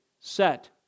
set